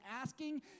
asking